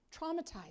traumatized